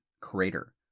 Crater